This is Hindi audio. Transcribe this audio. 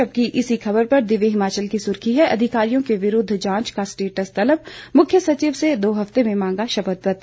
जबकि इसी खबर पर दिव्य हिमाचल की सुर्खी है अधिकारियों के विरुद्ध जांच का स्टेटस तलब मुख्य सचिव से दो हफ्ते में मांगा शपथपत्र